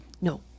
No